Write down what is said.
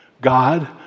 God